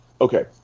Okay